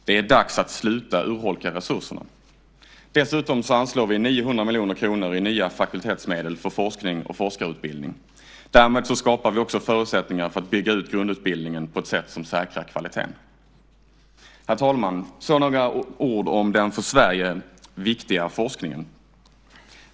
Det är dags att sluta urholka resurserna. Dessutom anslår vi 900 miljoner kronor i nya fakultetsmedel för forskning och forskarutbildning. Därmed skapar vi också förutsättningar för att bygga ut grundutbildningen på ett sätt som säkrar kvaliteten. Herr talman! Därefter några ord om den för Sverige så viktiga forskningen.